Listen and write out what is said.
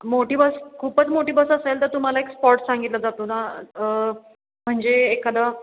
मोठी बस खूपच मोठी बस असेल तर तुम्हाला एक स्पॉट सांगितलं जातो ना म्हणजे एखादं